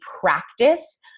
practice